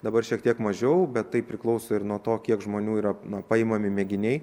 dabar šiek tiek mažiau bet tai priklauso ir nuo to kiek žmonių yra paimami mėginiai